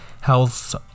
health